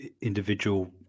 individual